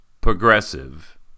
progressive